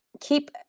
keep